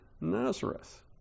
Nazareth